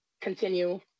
continue